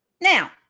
Now